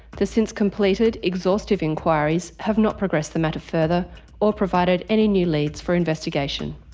the since completed, exhaustive inquiries, have not progressed the matter further or provided any new leads for investigation.